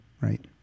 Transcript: right